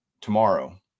tomorrow